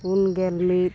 ᱯᱩᱱ ᱜᱮᱞ ᱢᱤᱫ